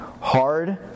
hard